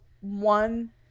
one